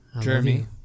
Jeremy